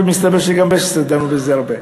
אבל מסתבר שגם בה דנו בזה הרבה.